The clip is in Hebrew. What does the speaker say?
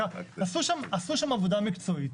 עשו שם עבודה מקצועית.